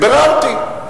ביררתי.